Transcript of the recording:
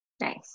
Nice